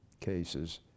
cases